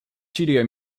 studio